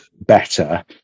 better